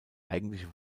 eigentliche